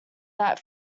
that